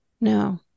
no